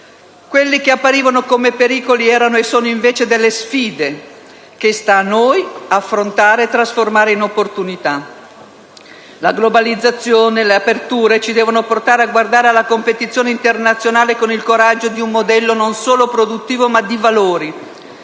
Quelli che apparivano come pericoli erano e sono, invece, sfide che sta a noi affrontare e trasformare in opportunità. La globalizzazione e le aperture ci devono portare a guardare alla competizione internazionale con il coraggio di un modello non solo produttivo ma di valori.